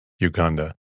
Uganda